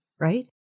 right